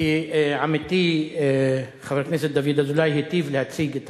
כי עמיתי חבר הכנסת דוד אזולאי היטיב להציג את